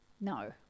No